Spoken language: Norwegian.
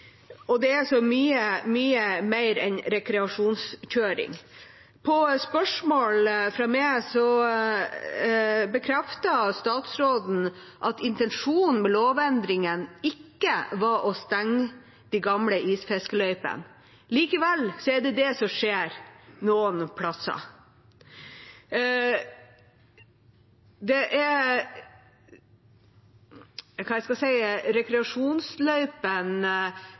og det er så mye, mye mer enn rekreasjonskjøring. På spørsmål fra meg bekreftet statsråden at intensjonen med lovendringen ikke var å stenge de gamle isfiskeløypene. Likevel er det det som skjer noen plasser. Rekreasjonsløypene, altså de gamle isfiskeløypene, var det